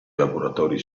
laboratori